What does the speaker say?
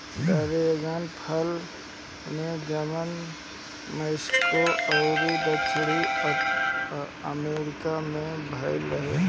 dragon फल के जनम मेक्सिको अउरी दक्षिणी अमेरिका में भईल रहे